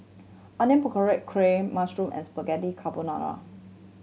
Onion Pakora Kheer Mushroom and Spaghetti Carbonara